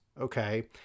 okay